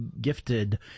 gifted